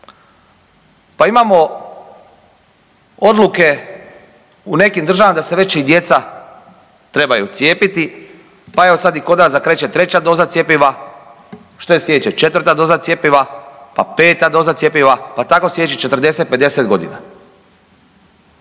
Pa imamo odluke u nekim državama da se već i djeca trebaju cijepiti, pa evo sad i kod nas da kreće treća doza cjepiva. Što je slijedeće? Četvrta doza cjepiva, pa peta doza cjepiva, pa tako slijedećih 40, 50 godina.